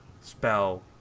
spell